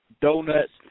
donuts